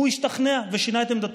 והוא השתכנע ושינה את עמדתו.